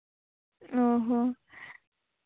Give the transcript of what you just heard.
ᱚ ᱦᱚᱸ